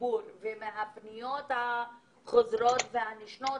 מהציבור ומהפניות החוזרות ונשנות,